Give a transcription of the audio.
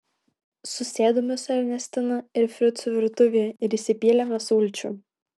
susėdome su ernestina ir fricu virtuvėje ir įsipylėme sulčių